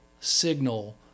signal